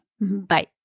Bye